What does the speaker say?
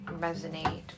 resonate